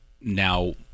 now